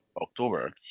October